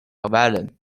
villain